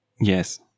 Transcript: Yes